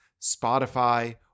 Spotify